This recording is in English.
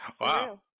Wow